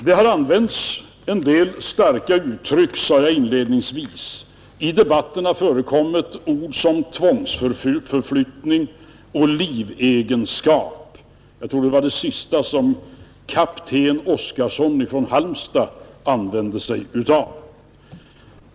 Det har använts en del starka uttryck, sade jag inledningsvis. I debatten har förekommit ord som tvångsförflyttning och livegenskap — jag tror att det var kapten Oskarson från Halmstad som använde det sistnämnda ordet.